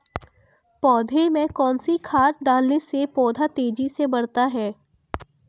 पौधे में कौन सी खाद डालने से पौधा तेजी से बढ़ता है?